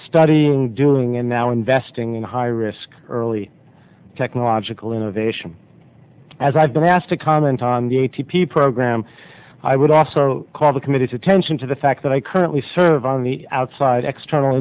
studying doing and now investing in high risk early technological innovation as i've been asked to comment on the a t p program i would also call the committee's attention to the fact that i currently serve on the outside ext